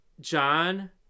John